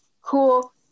cool